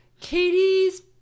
Katie's